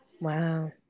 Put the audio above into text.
Wow